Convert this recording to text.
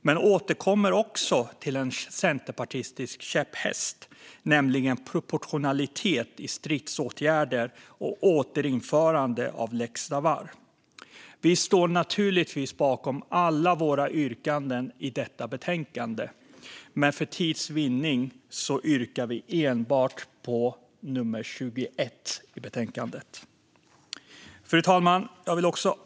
Men vi återkommer också till en centerpartistisk käpphäst, nämligen proportionalitet i stridsåtgärder och återinförande av lex Laval. Vi står naturligtvis bakom alla våra reservationer i detta betänkande, men för tids vinnande yrkar jag bifall endast till reservation nummer 21. Fru talman!